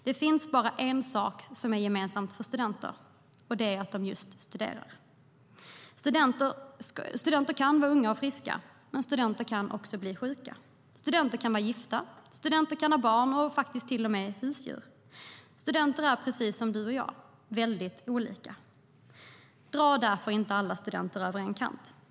Det finns bara en sak som är gemensam för studenter, och det är att de studerar. Studenter kan vara unga och friska, men studenter kan också bli sjuka. Studenter kan vara gifta, studenter kan ha barn och till och med husdjur. Studenter är precis som du och jag, väldigt olika. Dra därför inte alla studenter över en kam.